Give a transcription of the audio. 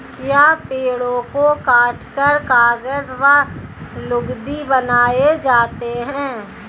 क्या पेड़ों को काटकर कागज व लुगदी बनाए जाते हैं?